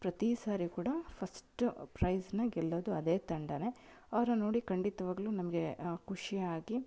ಪ್ರತಿ ಸಾರಿ ಕೂಡ ಫಸ್ಟ್ ಪ್ರೈಝ್ನ ಗೆಲ್ಲೋದು ಅದೇ ತಂಡನೇ ಅವ್ರನ್ನು ನೋಡಿ ಖಂಡಿತವಾಗಲೂ ನಮಗೆ ಖುಷಿಯಾಗಿ